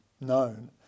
known